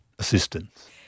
assistance